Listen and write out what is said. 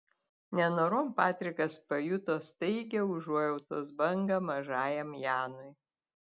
nenorom patrikas pajuto staigią užuojautos bangą mažajam janui